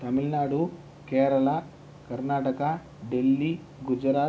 Tamil Nadu Kerala Karnataka Delhi Gujarat